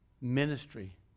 Ministry